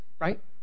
right